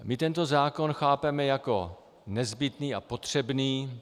My tento zákon chápeme jako nezbytný a potřebný.